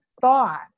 thought